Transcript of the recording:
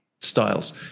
styles